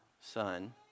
son